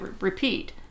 repeat